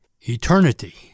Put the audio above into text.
eternity